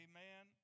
Amen